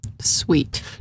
Sweet